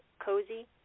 cozy